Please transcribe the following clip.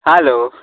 hello